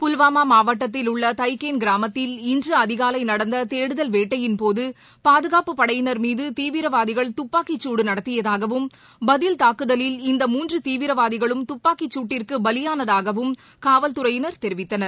புல்வாமாமாவட்டத்தில் உள்ளதைகேள் கிராமத்தில் இன்றுஅதிகாலைநடந்ததேடுதல் வேட்டையின்போதுபாதுகாப்பு படையினர் மீதுதீவிரவாதிகள் துப்பாக்கிச்சுடுநடத்தியதாகவும் பதில் தாக்குதலில் இந்த மூன்றுதீவிரவாதிகளும் துப்பாக்கிச்சூட்டிற்குபலியானதாகவும் காவல்துறையினர் தெரிவித்தனர்